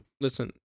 Listen